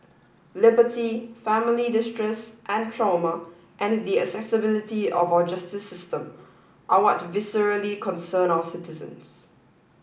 liberty family distress and trauma and the accessibility of our justice system are what viscerally concern our citizens